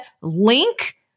link